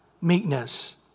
meekness